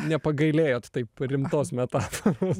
nepagailėjot taip rimtos metaforos